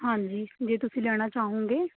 ਹਾਂਜੀ ਜੇ ਤੁਸੀਂ ਲੈਣਾ ਚਾਹੋਗੇ